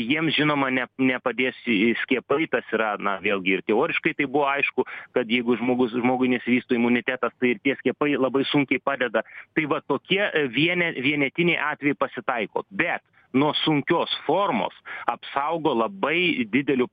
jiem žinoma ne nepadėsi į skiepai tas yra na vėlgi ir teoriškai tai aišku kad jeigu žmogus žmogui nesivysto imunitetas tai ir tie skiepai labai sunkiai padeda tai va tokie viene vienetiniai atvejai pasitaiko bet nuo sunkios formos apsaugo labai dideliu